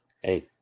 Hey